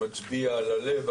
מצביע על הלב,